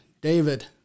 David